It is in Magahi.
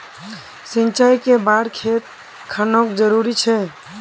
सिंचाई कै बार खेत खानोक जरुरी छै?